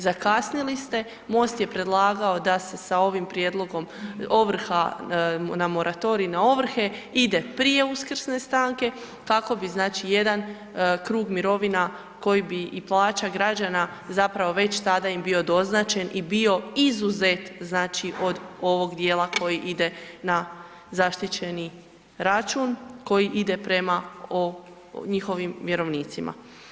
Zakasnili ste, MOST je predlagao da se sa ovim prijedlogom ovrha na moratorij na ovrhe ide prije uskrsne stanke kako bi, znači jedan krug mirovina koji bi i plaća građana zapravo već tada im bio doznačen i bio izuzet, znači od ovog dijela koji ide na zaštićeni račun koji ide prema njihovim vjerovnicima.